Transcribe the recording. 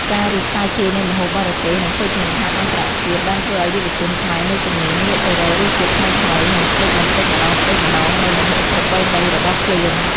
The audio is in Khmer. ការរីកសាយភាយនៃម្ហូបបរទេស និងភោជនីយដ្ឋានអន្តរជាតិបានធ្វើឱ្យយុវជនខ្មែរមួយចំនួនងាកទៅរករសជាតិថ្មីៗ និងភ្លេចបន្តិចម្ដងៗនូវម្ហូបប្រពៃណីរបស់ខ្លួន។